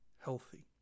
healthy